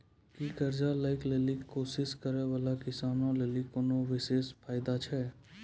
कि कर्जा लै के लेली कोशिश करै बाला किसानो लेली कोनो विशेष फायदा छै?